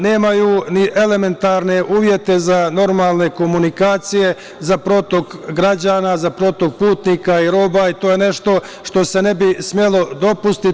Nemaju ni elementarne uvjete za normalne komunikacije, za protok građana, za protok putnika i roba, i to je nešto što se ne bi smelo dopustiti.